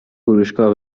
فروشگاه